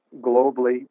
globally